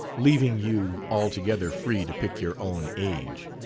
leaving you altogether free to pick your own age.